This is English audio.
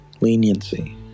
leniency